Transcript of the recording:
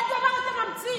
כל דבר אתה ממציא.